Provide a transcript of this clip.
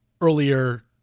earlier